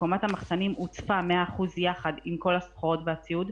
קומת המחסנים הוצפה 100% יחד עם כל הסחורות והציוד.